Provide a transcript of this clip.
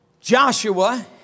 Joshua